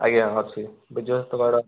ଆଜ୍ଞା ଅଛି ବିଜୁ ସ୍ୱାସ୍ଥ୍ୟ କାର୍ଡ଼